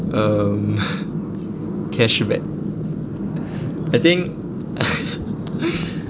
um cashback I think